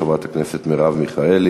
חברת הכנסת מרב מיכאלי.